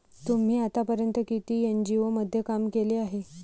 तुम्ही आतापर्यंत किती एन.जी.ओ मध्ये काम केले आहे?